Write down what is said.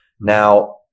Now